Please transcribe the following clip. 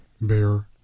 Bear